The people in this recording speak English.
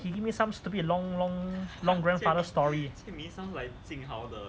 he give me some stupid long long long long grandfather story